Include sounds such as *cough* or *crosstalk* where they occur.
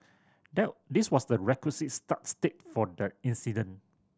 *unintelligible* this was the requisite start state for the incident